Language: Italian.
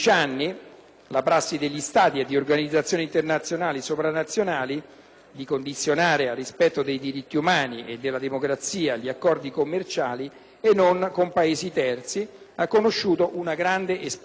la prassi degli Stati e delle organizzazioni internazionali e sovranazionali di condizionare al rispetto dei diritti umani e della democrazia gli accordi, commerciali e non, con Paesi terzi ha conosciuto una grande espansione.